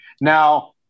Now